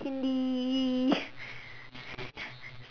hindi